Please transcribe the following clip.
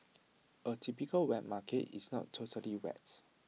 A typical wet market is not totally wet